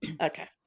okay